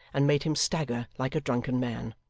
and made him stagger like a drunken man.